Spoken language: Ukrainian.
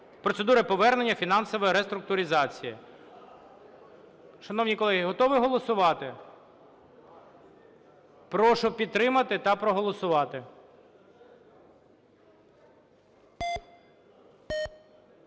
процедури повернення фінансової реструктуризації. Шановні колеги, готові голосувати? Прошу підтримати та проголосувати.